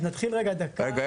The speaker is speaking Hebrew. אז נתחיל רגע דקה --- רגע,